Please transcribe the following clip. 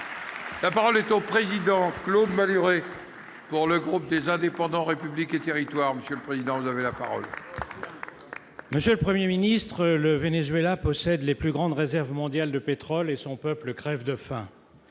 La parole est à M. Claude Malhuret, pour le groupe Les Indépendants-République et Territoires. Ma question s'adresse à M. le Premier ministre. Le Venezuela possède les plus grandes réserves mondiales de pétrole, et son peuple crève de faim.